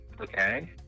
Okay